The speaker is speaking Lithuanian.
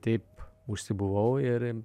taip užsibuvau ir